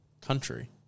country